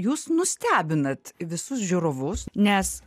jūs nustebinat visus žiūrovus nes